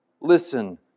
Listen